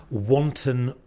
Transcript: wanton!